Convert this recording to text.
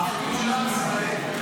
האחדות של עם ישראל,